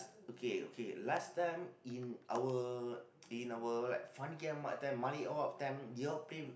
okay okay last time in our in our like Fandi-Ahmad time Malek Awab time they all play